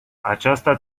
aceasta